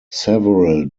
several